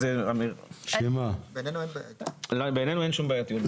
בעינינו אין שום בעייתיות.